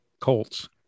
Colts